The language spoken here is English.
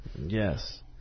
Yes